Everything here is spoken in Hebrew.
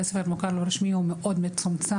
ספר מוכרים לא רשמיים הוא מאוד מצומצם,